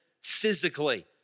physically